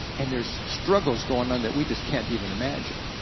and there's struggles going on that we just can't even imagine.